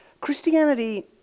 Christianity